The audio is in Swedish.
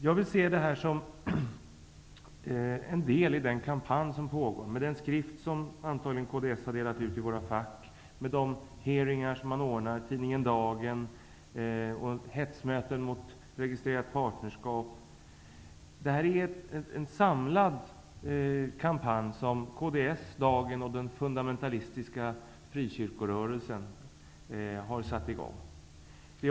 Jag vill se det här som en del av den kampanj som pågår. Jag tänker på den skrift som antagligen Kds har delat ut i våra fack, på de hearingar som man ordnar, på tidningen Dagen och på hetsmötena mot registrerat partnerskap. Det är en samlad kampanj som Kds, tidningen Dagen och den fundamentalistiska frikyrkorörelsen har satt i gång.